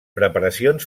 preparacions